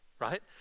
right